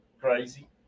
crazy